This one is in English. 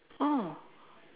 oh